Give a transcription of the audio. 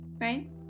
right